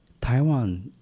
Taiwan